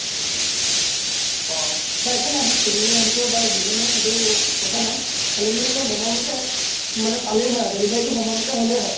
অঁ অঁ বাৰু একো নাই সেইটো তুমি আহিলেও বা যোনে নহওক সেইটো কথা নাই খালি মানে কিয় হ'ল সময়মতে মানে পালেই হয় আৰু ডেলিভাৰীটো সময়মতে হ'লেই হয়